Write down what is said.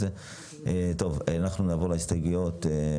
נעבור להסתייגויות.